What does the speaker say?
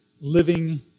living